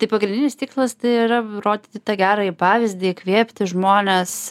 tai pagrindinis tikslas tai yra rodyti tą gerąjį pavyzdį įkvėpti žmones